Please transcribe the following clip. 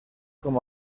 com